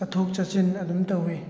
ꯆꯠꯊꯣꯛ ꯆꯠꯁꯤꯟ ꯑꯗꯨꯝ ꯇꯧꯋꯤ